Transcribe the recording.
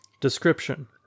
Description